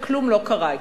וכלום לא קרה אתו.